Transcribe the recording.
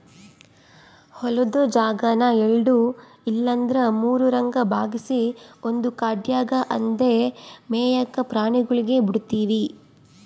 ಹೊಲುದ್ ಜಾಗಾನ ಎಲ್ಡು ಇಲ್ಲಂದ್ರ ಮೂರುರಂಗ ಭಾಗ್ಸಿ ಒಂದು ಕಡ್ಯಾಗ್ ಅಂದೇ ಮೇಯಾಕ ಪ್ರಾಣಿಗುಳ್ಗೆ ಬುಡ್ತೀವಿ